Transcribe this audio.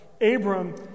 Abram